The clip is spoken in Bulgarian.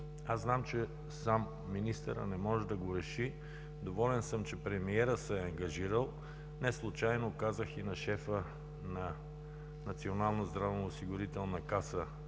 Аз знам, че сам министърът не може да го реши. Доволен съм, че премиерът се е ангажирал. Неслучайно казах и на шефа на Националната здравноосигурителна каса